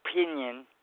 opinion